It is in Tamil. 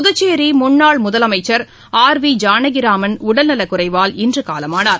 புதுச்சேரிமுன்னாள் முதலமைச்ச் திருஆர் வி ஜானகிராமன் உடல்நலக் குறைவால் இன்றுகாலமானார்